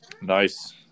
Nice